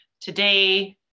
today